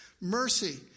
Mercy